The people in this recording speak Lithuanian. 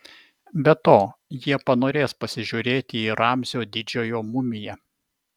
be to jie panorės pasižiūrėti į ramzio didžiojo mumiją